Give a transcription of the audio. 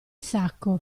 sacco